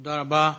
תודה רבה.